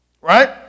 right